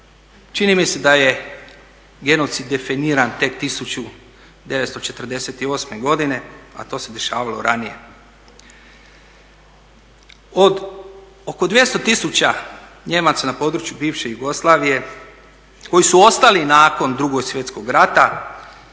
Čini mi se da je genocid definiran tek 1948. godine, a to se dešavalo ranije. Od oko 200 tisuća Nijemaca na području bivše Jugoslavije koji su ostali nakon II. Svjetskog rata